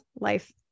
life